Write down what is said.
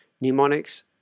mnemonics